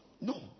No